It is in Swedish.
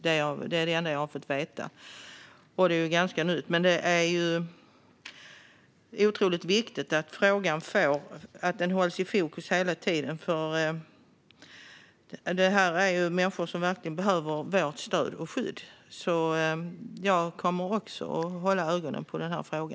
Detta är det enda jag har fått veta, och det är ju ganska nytt. Det är otroligt viktigt att frågan hela tiden hålls i fokus. Detta är ju människor som verkligen behöver vårt stöd och skydd, så jag kommer också att hålla ögonen på denna fråga.